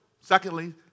Secondly